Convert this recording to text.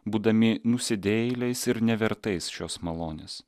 būdami nusidėjėliais ir nevertais šios malonės